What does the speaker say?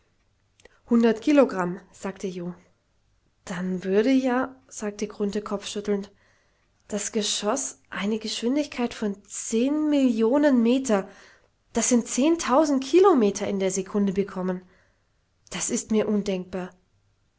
hundert kilogramm sagte jo dann würde ja sagte grunthe kopfschüttelnd das geschoß eine geschwindigkeit von zehn millionen meter das sind zehntausend kilometer in der sekunde bekommen das ist mir undenkbar